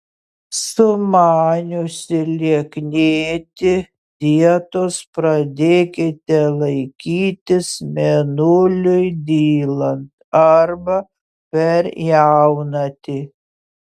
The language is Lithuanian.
sumaniusi lieknėti dietos pradėkite laikytis mėnuliui dylant arba per jaunatį